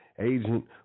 agent